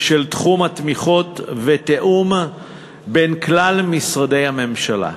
של תחום התמיכות ותיאום בין כלל משרדי הממשלה.